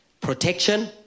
protection